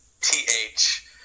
T-H